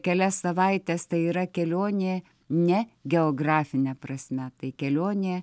kelias savaites tai yra kelionė ne geografine prasme tai kelionė